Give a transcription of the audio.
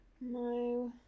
No